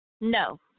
No